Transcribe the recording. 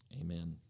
amen